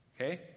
Okay